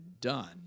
done